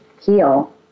heal